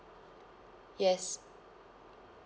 yes